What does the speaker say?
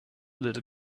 little